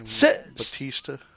batista